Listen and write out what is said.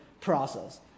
process